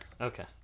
Okay